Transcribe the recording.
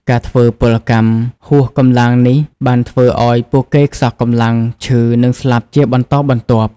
ការធ្វើពលកម្មហួសកម្លាំងនេះបានធ្វើឲ្យពួកគេខ្សោះកម្លាំង ឈឺ និងស្លាប់ជាបន្តបន្ទាប់។